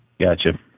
Gotcha